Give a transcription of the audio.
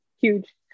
huge